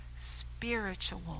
spiritual